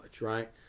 right